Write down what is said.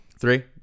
three